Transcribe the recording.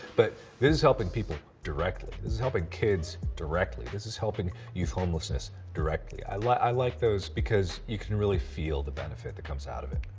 but this is helping people directly. this is helping kids, directly. this is helping youth homelessness, directly. i like i like those because you can really feel the benefit that comes out of it.